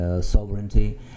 Sovereignty